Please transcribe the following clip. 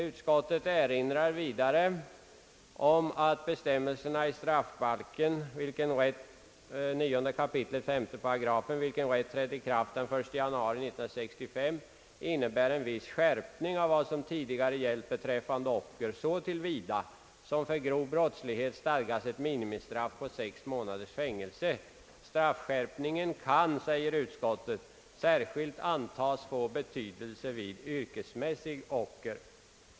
Utskottet erinrar vidare om att bestämmelserna i brottsbalken — 9 kap. 3 8 — vilken trätt i kraft den 1 januari 1965, innebär en viss skärpning av vad som tidigare gällt beträffande ocker så till vida som för grov brottslighet stadgas ett minimistraff på sex månaders fängelse. Straffskärpningen kan särskilt antagas få betydelse vid yrkesmässigt ocker.